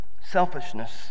selfishness